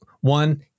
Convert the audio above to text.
one